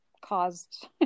caused